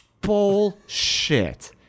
Bullshit